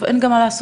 ואין מה לעשות,